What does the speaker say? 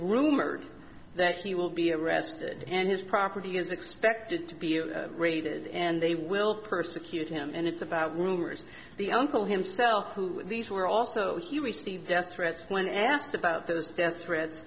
rumored that he will be arrested and his property is expected to be raided and they will persecute him and it's about rumors the uncle himself who these were also he received death threats when asked about those death threats